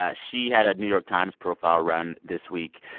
ah she had a new york times profile run this week.